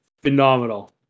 Phenomenal